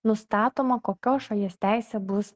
nustatoma kokios šalies teisė bus